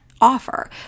offer